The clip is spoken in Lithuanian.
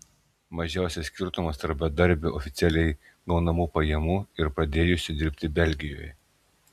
mažiausias skirtumas tarp bedarbio oficialiai gaunamų pajamų ir pradėjusio dirbti belgijoje